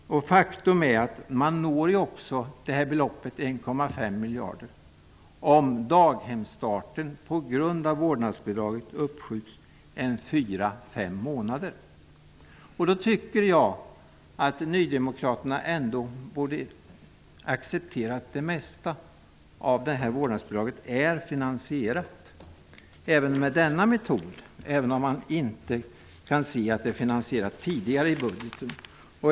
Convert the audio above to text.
Faktum är att man också når beloppet 1,5 miljarder om barnens daghemsstart uppskjuts 4--5 månader på grund av vårdnadsbidraget. Jag tycker att nydemokraterna ändå borde acceptera att det mesta av vårdnadsbidraget är finansierat även med denna metod, även om man inte kan se att det tidigare är finansierat i budgeten.